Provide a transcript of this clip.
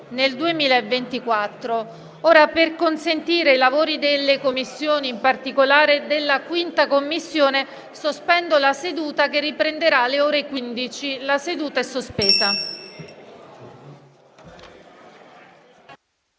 nel 2024. Per consentire i lavori delle Commissioni, in particolare della 5a Commissione, sospendo la seduta fino alle ore 15. *(La seduta, sospesa